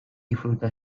disfruta